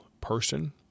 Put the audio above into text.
person